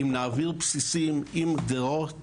אם נעביר בסיסים עם גדרות